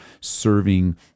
serving